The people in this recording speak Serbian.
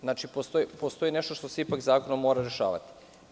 Znači, postoji nešto što se ipak zakonom mora rešavati.